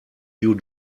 you